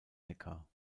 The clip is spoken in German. neckar